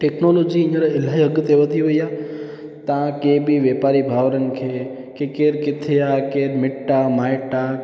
technology हींअर अलाई अॻिते वधी वयी आहे तव्हां कंहिं बि व्यापारिन भावरनि खे के केरु किथे आहे केरु मिट आहे माइट आहे